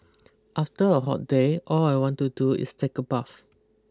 after a hot day all I want to do is take a bath